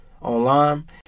Online